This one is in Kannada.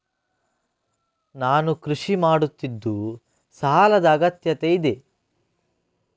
ನಾನು ಕೃಷಿ ಮಾಡುತ್ತಿದ್ದು ಸಾಲದ ಅಗತ್ಯತೆ ಇದೆ?